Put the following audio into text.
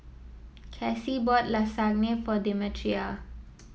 Casie bought Lasagna for Demetria